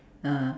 ah